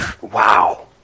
wow